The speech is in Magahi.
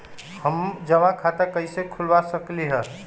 हम जमा खाता कइसे खुलवा सकली ह?